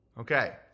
Okay